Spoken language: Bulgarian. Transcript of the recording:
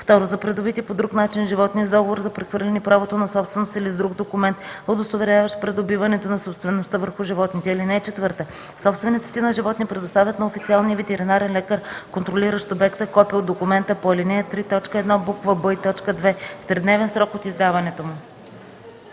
2. за придобити по друг начин животни – с договор за прехвърляне правото на собственост или с друг документ, удостоверяващ придобиването на собствеността върху животните. (4) Собствениците на животни предоставят на официалния ветеринарен лекар, контролиращ обекта, копие от документа по ал. 3, т. 1, буква „б” и т. 2 в тридневен срок от издаването му.”